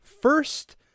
First